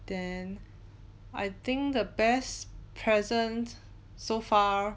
then I think the best present so far